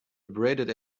abraded